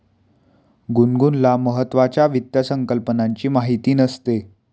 गुनगुनला महत्त्वाच्या वित्त संकल्पनांची माहिती नसते